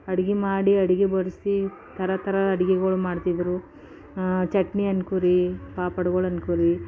ಅಡುಗೆ ಮಾಡಿ ಅಡುಗೆ ಬಡಿಸಿ ಥರ ಥರ ಅಡುಗೆಗಳು ಮಾಡ್ತಿದ್ರು ಚಟ್ನಿ ಅಂಕುರಿ ಪಾಪಡುಗಳು ಅಂಕುರಿ